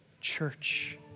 church